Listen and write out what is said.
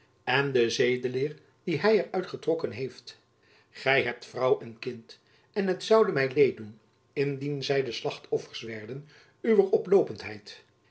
en de zedeleer die hy er uit getrokken heeft gy hebt vrouw en kind en het zoude my leed doen indien zy de slachtoffers werden uwer